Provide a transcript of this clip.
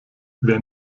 wer